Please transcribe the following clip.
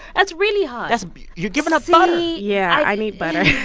that's really hard that's you're giving up butter see. yeah. i need butter